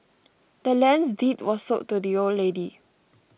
the land's deed was sold to the old lady